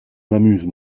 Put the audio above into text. m’amuse